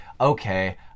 okay